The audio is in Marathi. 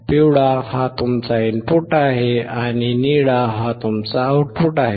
पिवळा हा तुमचा इनपुट आहे आणि निळा हा तुमचा आउटपुट आहे